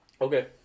Okay